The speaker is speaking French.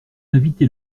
invité